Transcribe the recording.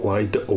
Wide